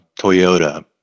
Toyota